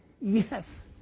Yes